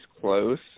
close